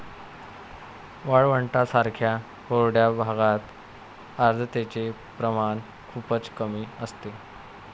वाळवंटांसारख्या कोरड्या भागात आर्द्रतेचे प्रमाण खूपच कमी असते